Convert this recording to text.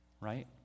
right